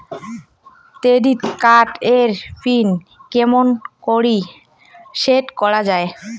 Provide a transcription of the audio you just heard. Credit card এর pin কেমন করি সেট করা য়ায়?